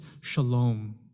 shalom